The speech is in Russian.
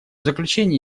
заключение